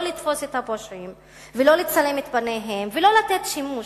לא לתפוס את הפושעים ולא לצלם את פניהם ולא לתת שמות.